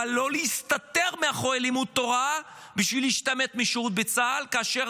אבל לא להסתתר מאחורי לימוד תורה בשביל להשתמט משירות בצה"ל כאשר